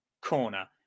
corner